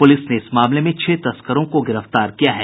police ने इस मामले में छह तस्कारों को गिरफ्तार किया है